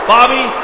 Bobby